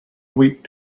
week